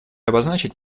обозначить